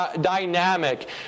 dynamic